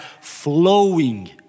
flowing